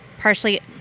partially